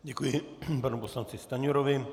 Děkuji panu poslanci Stanjurovi.